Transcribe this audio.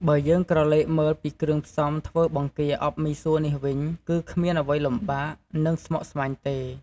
បើយើងក្រឡេកមើលពីគ្រឿងផ្សំធ្វើបង្គាអប់មីសួរនេះវិញ គឺគ្មានអ្វីលំបាក និងស្មុគស្មាញទេ។